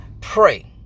Pray